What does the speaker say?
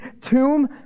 tomb